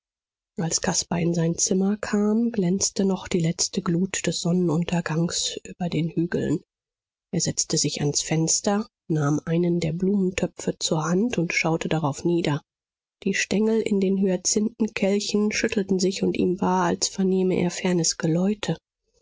als caspar in sein zimmer kam glänzte noch die letzte glut des sonnenuntergangs über den hügeln er setzte sich ans fenster nahm einen der blumentöpfe zur hand und schaute darauf nieder die stengel in den hyazinthenkelchen schüttelten sich und ihm war als vernehme er fernes geläute